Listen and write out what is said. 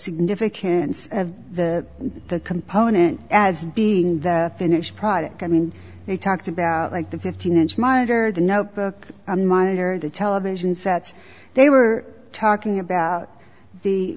significance of the component as being the finished product i mean they talked about like the fifteen inch monitor the notebook a monitor the television sets they were talking about the